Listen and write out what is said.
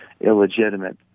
illegitimate